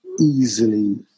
easily